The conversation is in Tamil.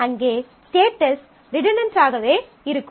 அங்கே ஸ்டேட்டஸ் ரிடன்டன்ட் ஆகவே இருக்கும்